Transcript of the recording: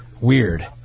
weird